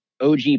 OG